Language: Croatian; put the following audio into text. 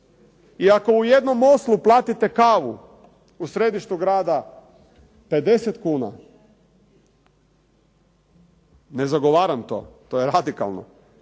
I ako u jednom Oslu platite kavu u središtu grada 50 kuna, ne zagovaram to to je radikalno